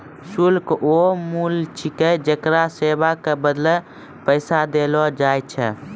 शुल्क हौअ मूल्य छिकै जेकरा सेवा के बदले पैसा देलो जाय छै